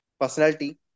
personality